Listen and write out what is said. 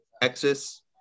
Texas